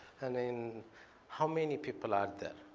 and then how many people are there?